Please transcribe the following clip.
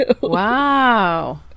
Wow